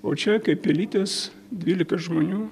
o čia kaip pelytės dvylika žmonių